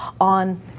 on